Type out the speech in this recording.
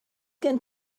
gen